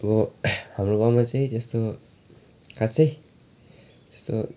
हाम्रो गाउँमा चाहिँ त्यस्तो खासै त्यस्तो